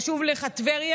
חשובה לך טבריה?